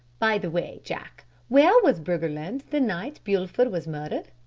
by the way, jack, where was briggerland the night bulford was murdered?